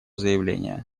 заявление